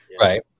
right